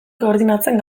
koordinatzen